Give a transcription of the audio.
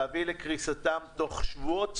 להביא לקריסתם תוך שבועות ספורים,